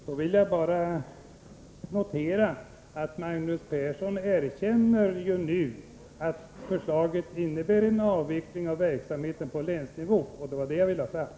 Herr talman! Då vill jag bara notera att Magnus Persson nu erkänner att förslaget innebär en avveckling av verksamheten på länsnivå — och det var det jag ville ha fram.